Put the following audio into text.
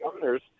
governors